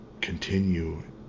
continue